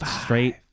straight